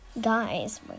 guys